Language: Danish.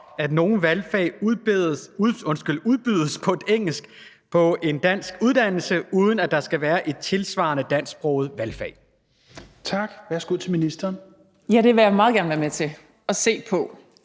at nogle valgfag udbydes på engelsk på en dansk uddannelse, uden at der skal være et tilsvarende dansksproget valgfag? Tredje næstformand (Rasmus Helveg Petersen): Værsgo til spørgeren.